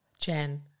Jen